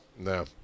No